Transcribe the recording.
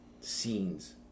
scenes